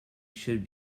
should